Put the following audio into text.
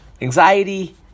anxiety